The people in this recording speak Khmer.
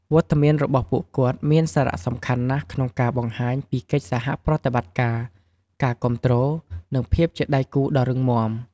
វត្តមានរបស់ពួកគាត់មានសារៈសំខាន់ណាស់ក្នុងការបង្ហាញពីកិច្ចសហប្រតិបត្តិការ ការគាំទ្រ និងភាពជាដៃគូដ៏រឹងមាំ។